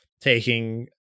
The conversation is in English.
taking